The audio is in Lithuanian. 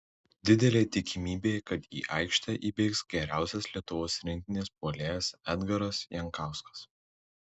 didelė tikimybė kad į aikštę įbėgs geriausias lietuvos rinktinės puolėjas edgaras jankauskas